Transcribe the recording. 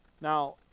Now